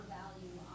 value